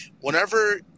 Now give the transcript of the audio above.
Whenever